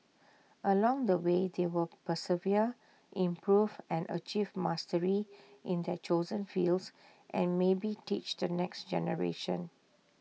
along the way they will persevere improve and achieve mastery in their chosen fields and maybe teach the next generation